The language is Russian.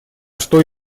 что